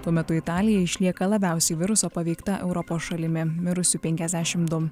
tuo metu italija išlieka labiausiai viruso paveikta europos šalimi mirusių penkiasdešim du